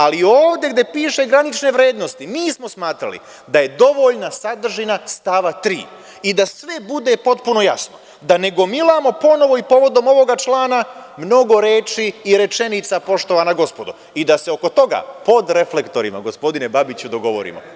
Ali, ovde gde piše granične vrednosti, mi smo smatrali da je dovoljna sadržina stava 3. i da sve bude potpuno jasno, da ne gomilamo ponovo i povodom ovoga člana mnogo reči i rečenica, poštovana gospodo i da se oko toga, pod reflektorima gospodine Babiću, dogovorimo.